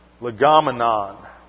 legomenon